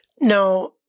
Now